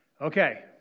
Okay